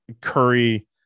Curry